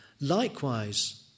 likewise